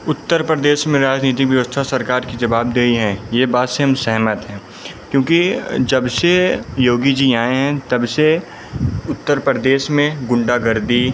उत्तर प्रदेश में राजनीतिक व्यवस्था सरकार की जवाबदेही है यह बात से हम सहमत हैं क्योंकि जब से योगी जी आएं हैं तब से उत्तर प्रदेश में गुंडागर्दी